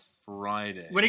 Friday